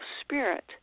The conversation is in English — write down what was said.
spirit